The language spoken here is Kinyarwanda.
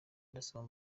ndasaba